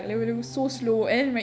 oh